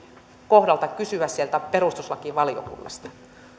kohdalta kysyä sieltä perustuslakivaliokunnasta